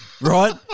right